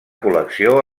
col·lecció